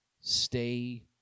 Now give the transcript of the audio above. stay